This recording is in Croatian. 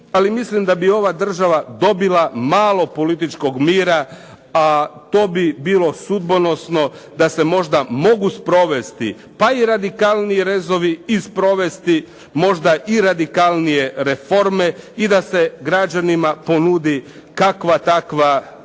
ali mislim da bi ova država dobila malo političkog mira, a to bi bilo sudbonosno da se možda mogu sprovesti pa i radikalniji rezovi i sprovesti možda i radikalnije reforme i da se građanima ponudi kakva takva, kako